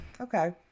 okay